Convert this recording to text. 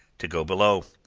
to go below.